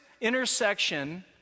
intersection